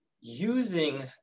Using